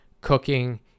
cooking